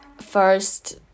first